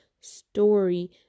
story